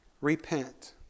Repent